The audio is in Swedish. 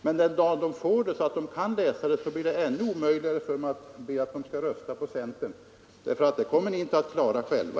Och den dag de får det och kan läsa det blir det ännu omöjligare för mig att uppmana väljarna att rösta på programmet; det kommer ni inte ens att klara själva.